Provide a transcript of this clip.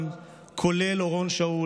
כולל אורון שאול,